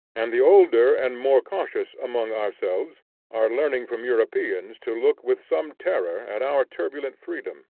and the older and more cautious among ourselves are learning from europeans to look with some terror our turbulent freedom.